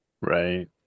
right